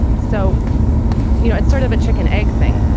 so you know it's sort of a chicken egg thing.